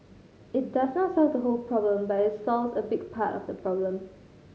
it does not solve the whole problem but it solves a big part of the problem